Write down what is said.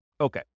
Okay